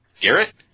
Garrett